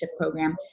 program